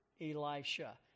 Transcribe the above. Elisha